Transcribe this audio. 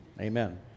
amen